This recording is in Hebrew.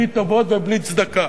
בלי טובות ובלי צדקה.